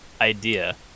idea